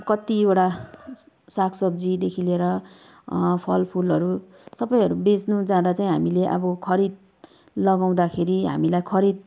कतिवटा सागसब्जीदेखि लिएर फलफुलहरू सबैहरू बेच्नु जाँदा चाहिँ हामीले अब खरिद लगाउँदाखेरि हामीलाई खरिद